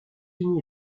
unis